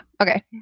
Okay